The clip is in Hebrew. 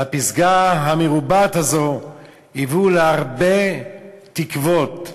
בפסגה המרובעת הזאת הביאו להרבה תקוות,